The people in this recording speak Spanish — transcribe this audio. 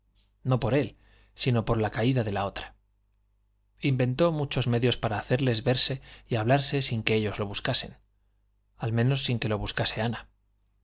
no por él sino por la caída de la otra inventó muchos medios para hacerles verse y hablarse sin que ellos lo buscasen al menos sin que lo buscase ana